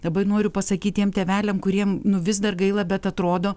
labai noriu pasakyt tiem tėveliam kuriem nu vis dar gaila bet atrodo